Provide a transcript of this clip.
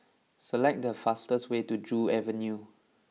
select the fastest way to Joo Avenue